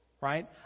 right